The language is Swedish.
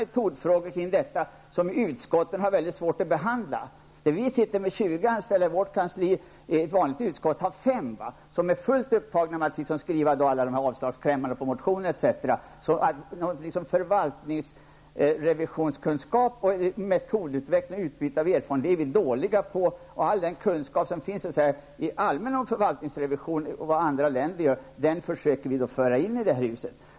Det finns en mängd metodfrågor som utskotten har mycket svårt att hantera. Vi har 20 anställda på vårt kansli, medan ett normalt utskott har 5, som är fullt upptagna med att skriva klämmar om avslag på motioner etc. Vi är dåliga på förvaltningsrevisionskunskap, metodutveckling och utbyte av erfarenheter. Den allmänna kunskap som finns om förvaltningsrevision, här och i andra länder, försöker vi föra in i det här huset.